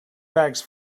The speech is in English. bags